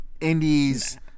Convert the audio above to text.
Indies